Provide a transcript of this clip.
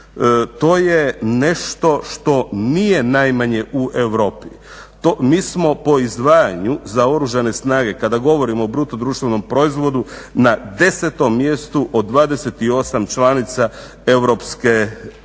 To je nešto što nije najmanje u Europi, mi smo po izdvajanju za oružane snage, kada govorimo o BDP-u na 10. mjestu od 28 članica EU, ali